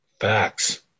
Facts